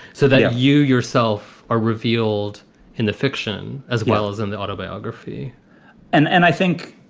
so they are you yourself are revealed in the fiction as well as in the autobiography and and i think,